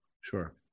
Sure